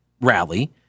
rally